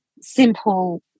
simple